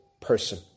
person